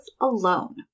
alone